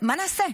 מה נעשה?